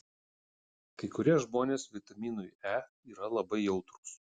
kai kurie žmonės vitaminui e yra labai jautrūs